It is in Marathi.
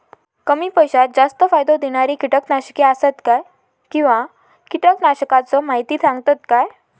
कमी पैशात जास्त फायदो दिणारी किटकनाशके आसत काय किंवा कीटकनाशकाचो माहिती सांगतात काय?